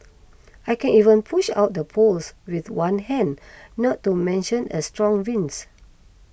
I can even push out the poles with one hand not to mention a strong winds